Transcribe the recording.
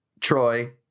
Troy